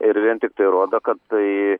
ir vien tiktai rodo kad tai